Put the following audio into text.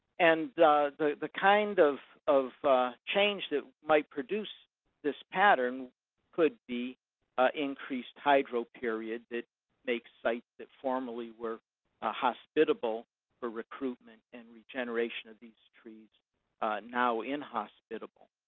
and the the kind of of change that might produce this pattern could be increased hydroperiod, that makes sites that formerly were ah hospitable for recruitment and regeneration of these trees now inhospitable.